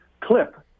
clip